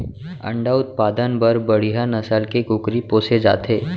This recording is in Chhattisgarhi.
अंडा उत्पादन बर बड़िहा नसल के कुकरी पोसे जाथे